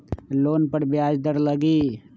Loan पर ब्याज दर लगी?